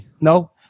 No